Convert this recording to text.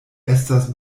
estas